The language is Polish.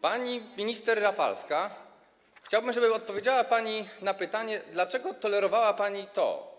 Pani minister Rafalska, chciałbym, żeby odpowiedziała pani na pytanie, dlaczego tolerowała pani to,